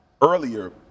earlier